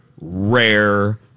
rare